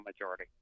majority